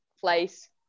place